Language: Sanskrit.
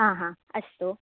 आ हा अस्तु